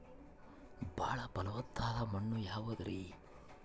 ಬಾಳ ಫಲವತ್ತಾದ ಮಣ್ಣು ಯಾವುದರಿ?